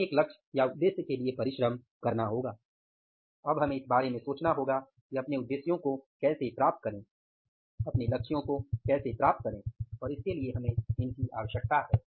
हमें एक लक्ष्य या उद्देश्य के लिए परिश्रम करना होगा अब हमें इस बारे में सोचना होगा कि अपने उद्देश्यों को कैसे प्राप्त करें अपने लक्ष्यों को कैसे प्राप्त करें और इसके लिए हमें इनकी आवश्यकता है